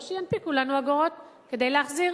או שינפיקו לנו אגורות כדי להחזיר.